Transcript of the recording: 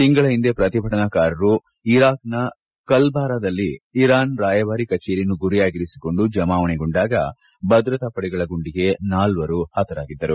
ತಿಂಗಳ ಹಿಂದೆ ಪ್ರತಿಭಟನಾಕಾರರು ಕರ್ನಾಲದಲ್ಲಿನ ಇರಾನ್ ರಾಯಭಾರ ಕಚೇರಿಯನ್ತು ಗುರಿಯಾಗಿಸಿ ಜಮಾವಣೆಗೊಂಡಾಗ ಭದ್ರತಾಪಡೆಗಳ ಗುಂಡಿಗೆ ನಾಲ್ಕರು ಹತರಾಗಿದ್ದರು